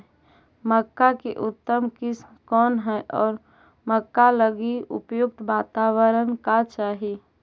मक्का की उतम किस्म कौन है और मक्का लागि उपयुक्त बाताबरण का चाही?